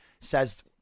says